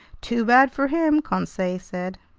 too bad for him! conseil said.